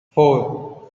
four